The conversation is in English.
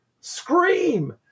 Scream